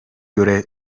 göre